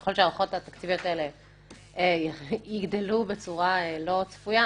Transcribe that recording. ככל שההערכות התקציביות האלה יגדלו בצורה לא צפויה,